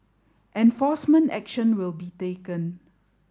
enforcement action will be taken